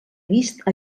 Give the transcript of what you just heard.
vist